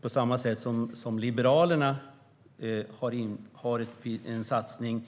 På samma sätt som Liberalerna har vi gjort en satsning